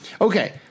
Okay